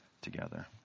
together